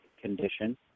condition